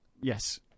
yes